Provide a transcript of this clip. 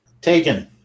Taken